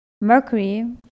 mercury